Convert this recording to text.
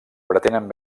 pretenen